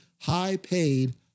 high-paid